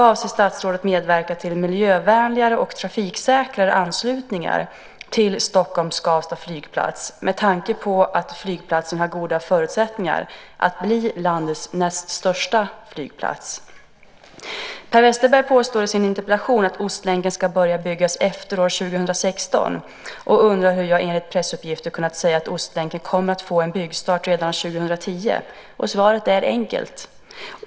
Avser statsrådet att medverka till miljövänligare och trafiksäkrare anslutningar till Stockholm/Skavsta flygplats med tanke på att flygplatsen har goda förutsättningar att bli landets näst största flygplats? Per Westerberg påstår i sin interpellation att Ostlänken ska börja byggas efter år 2016 och undrar hur jag enligt pressuppgifter kunnat säga att Ostlänken kommer att få en byggstart redan år 2010. Svaret är enkelt.